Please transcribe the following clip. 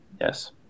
Yes